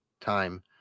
time